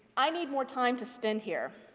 i need more time to spend here.